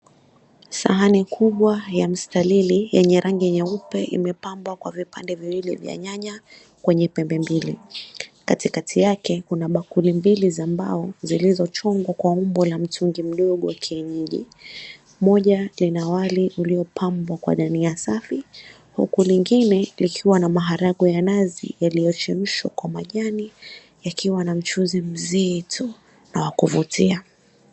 Sahani kubwa ya mstalili yenye rangi nyeupe imepambwa kwa vipande viwili vya nyanya kwenye pembe mbili. Katikati yake kuna bakuli mbili za mbao zilizochongwa kwa umbo la msingi mdogo wa kienyeji. Moja lina wali uliopambwa kwa dania safi, huku lingine likiwa na maharagwe ya nazi yaliyochemshwa kwa majani yakiwa na mchuzi mzito na wa kuvutia.